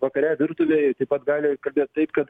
vakare virtuvėj taip pat gali kalbėt taip kad